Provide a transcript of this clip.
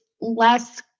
less